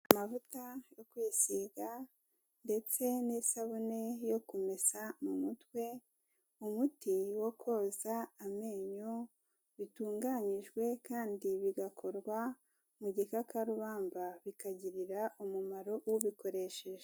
Amavuta yo kwisiga ndetse n'isabune yo kumesa mu mutwe, umuti wo koza amenyo bitunganyijwe kandi bigakorwa mu gikakarubamba bikagirira umumaro ubikoresheje.